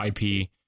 IP